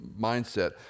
mindset